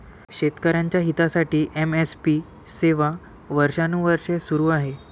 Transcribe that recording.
शेतकऱ्यांच्या हितासाठी एम.एस.पी सेवा वर्षानुवर्षे सुरू आहे